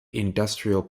industrial